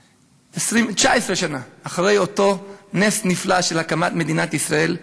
19 שנה אחרי אותו נס נפלא של הקמת מדינת ישראל,